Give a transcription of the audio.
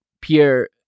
Pierre